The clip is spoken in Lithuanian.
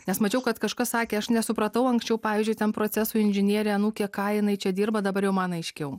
nes mačiau kad kažkas sakė aš nesupratau anksčiau pavyzdžiui ten procesų inžinierė anūkė ką jinai čia dirba dabar jau man aiškiau